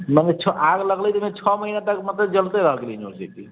मने आग लगलै तऽ ओहिमे छओ महीना तक जलते रह गेलै यूनिवर्सिटी